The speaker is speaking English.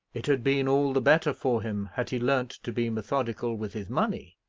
it had been all the better for him had he learnt to be methodical with his money.